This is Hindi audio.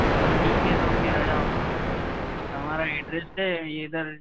और ठीक है तो फिर आ जाओ हमारा एड्रेस है यह इधर